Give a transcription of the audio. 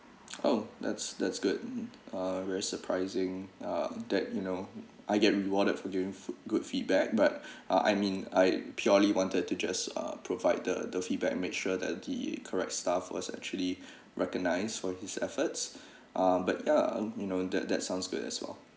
oh that's that's good mm uh very surprising uh that you know I get rewarded for doing food good feedback but ah I mean I purely wanted to just provide the the feedback and make sure that the correct staff was actually recognised for his efforts ah but yeah um you know that that sounds good as well